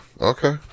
okay